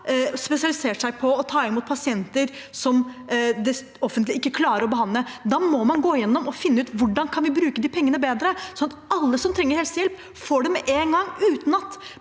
har spesialisert seg på å ta imot pasienter som det offentlige ikke klarer å behandle. Da må man gå igjennom dette og finne ut hvordan vi kan bruke de pengene bedre, sånn at alle som trenger helsehjelp, får det med en gang, uten at